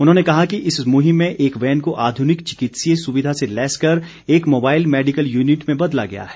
उन्होंने कहा कि इस मुहिम में एक वैन को आधुनिक चिकित्सीय सुविधा से लैस कर एक मोबाइल मेडिकल यूनिट में बदला गया है